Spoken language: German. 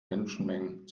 menschenmengen